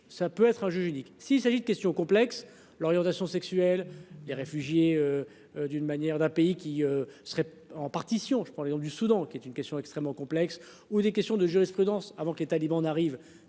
Ça peut être un juge unique, s'il s'agit de questions complexes, l'orientation sexuelle des réfugiés. D'une manière d'un pays qui serait en partition. Je prends l'exemple du Soudan qui est une question extrêmement complexe ou des questions de jurisprudence avant que les talibans n'arrive